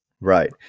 right